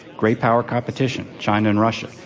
great power competition, china and russia,